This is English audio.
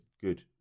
good